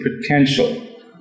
potential